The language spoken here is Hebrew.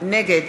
נגד